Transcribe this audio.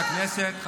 רציתי לצאת לאכול,